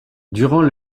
durant